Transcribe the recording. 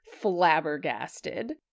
flabbergasted